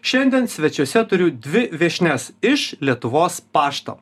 šiandien svečiuose turiu dvi viešnias iš lietuvos pašto